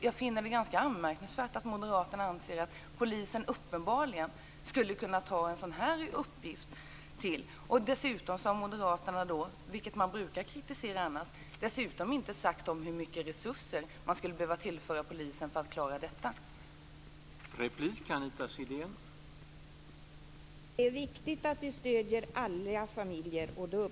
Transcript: Jag finner det ganska anmärkningsvärt att moderaterna anser att polisen uppenbarligen skulle kunna ta en sådan uppgift. Moderaterna har heller inte sagt hur mycket resurser vi skulle behöva tillföra polisen för att den skall klara detta. Det är något som de annars brukar kritisera.